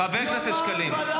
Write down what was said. חבר הכנסת שקלים,